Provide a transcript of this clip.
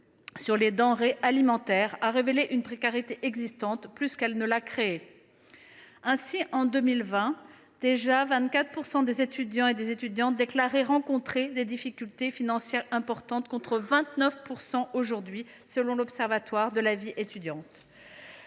prix des denrées alimentaires ont révélé la précarité plutôt qu’elles ne l’ont créée. Ainsi, en 2020, déjà 24 % des étudiants et des étudiantes déclaraient rencontrer des difficultés financières importantes, contre 29 % à l’heure actuelle selon l’Observatoire de la vie étudiante.